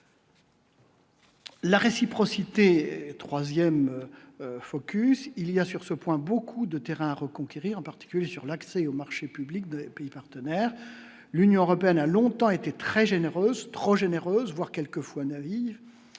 La réciprocité 3ème Focus, il y a sur ce point, beaucoup de terrain reconquérir en particulier sur l'accès aux marchés publics de pays partenaires, l'Union européenne a longtemps été très généreuse trop généreuse, voire quelquefois naïve,